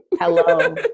hello